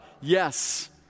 yes